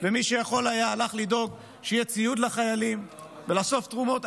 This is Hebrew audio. ומי שהיה יכול הלך לדאוג שיהיה ציוד לחיילים ולאסוף תרומות.